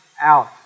out